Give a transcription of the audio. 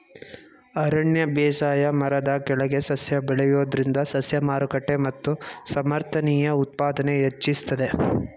ಅರಣ್ಯ ಬೇಸಾಯ ಮರದ ಕೆಳಗೆ ಸಸ್ಯ ಬೆಳೆಯೋದ್ರಿಂದ ಸಸ್ಯ ಮಾರುಕಟ್ಟೆ ಮತ್ತು ಸಮರ್ಥನೀಯ ಉತ್ಪಾದನೆ ಹೆಚ್ಚಿಸ್ತದೆ